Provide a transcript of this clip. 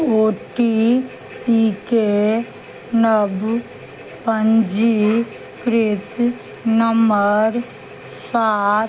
ओ T P के नव पञ्जीकृत नंबर सात